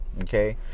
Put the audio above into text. Okay